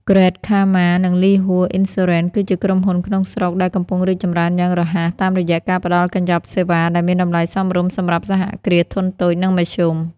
Grand Karma និង Ly Hour Insurance គឺជាក្រុមហ៊ុនក្នុងស្រុកដែលកំពុងរីកចម្រើនយ៉ាងរហ័ស តាមរយៈការផ្ដល់កញ្ចប់សេវាដែលមានតម្លៃសមរម្យសម្រាប់ សហគ្រាសធុនតូច និងមធ្យម។